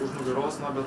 už nugaros na bet